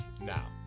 now